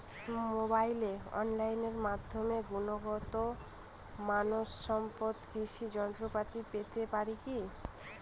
মোবাইলে অনলাইনের মাধ্যমে গুণগত মানসম্পন্ন কৃষি যন্ত্রপাতি পেতে পারি কি?